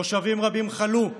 תושבים רבים חלו,